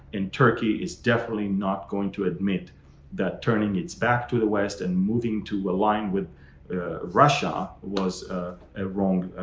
and turkey is definitely not going to admit that turning its back to the west and moving to align with russia was a wrong